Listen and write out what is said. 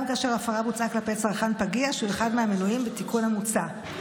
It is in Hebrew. כאשר ההפרה בוצעה כלפי צרכן פגיע שהוא אחד מהמנויים בתיקון המוצע.